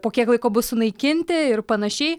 po kiek laiko bus sunaikinti ir panašiai